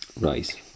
right